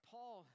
Paul